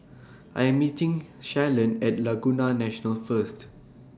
I Am meeting Shalon At Laguna National First